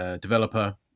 developer